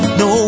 no